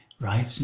right